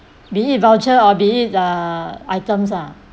be it voucher or be it uh items ah